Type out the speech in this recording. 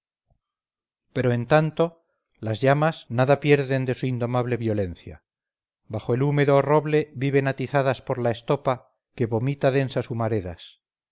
pero en tanto las llamas nada pierden de su indomable violencia bajo el húmedo roble viven atizadas por la estopa que vomita densas humaredas